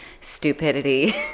stupidity